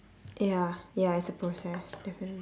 ya ya it's a process definitely